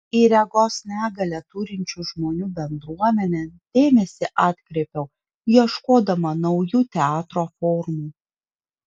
į regos negalią turinčių žmonių bendruomenę dėmesį atkreipiau ieškodama naujų teatro formų